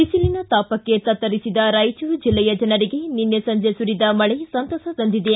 ಬಿಸಿಲಿನ ತಾಪಕ್ಕೆ ತತ್ತರಿಸಿದ ರಾಯಚೂರು ಜಿಲ್ಲೆಯ ಜನರಿಗೆ ನಿನ್ನೆ ಸಂಜೆ ಸುರಿದ ಮಳೆ ಸಂತಸ ತಂದಿದೆ